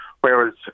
Whereas